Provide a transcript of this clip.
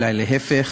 אלא להפך,